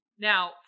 Now